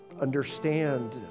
understand